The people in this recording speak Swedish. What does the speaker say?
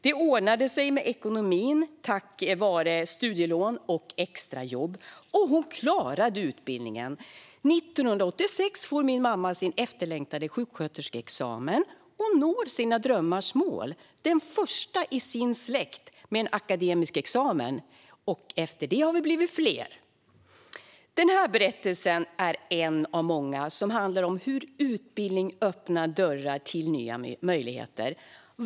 Det ordnade sig med ekonomin tack vare studielån och extrajobb, och hon klarade utbildningen. År 1986 får min mamma sin efterlängtade sjuksköterskeexamen och når sina drömmars mål. Hon är den första i sin släkt med en akademisk examen, och efter det har vi blivit fler. Den här berättelsen är en av många som handlar om hur utbildning öppnar dörrar till nya möjligheter.